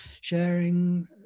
sharing